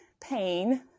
pain